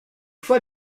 fois